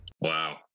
Wow